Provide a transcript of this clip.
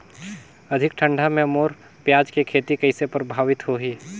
अधिक ठंडा मे मोर पियाज के खेती कइसे प्रभावित होही?